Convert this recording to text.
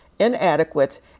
inadequate